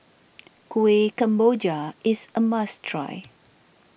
Kuih Kemboja is a must try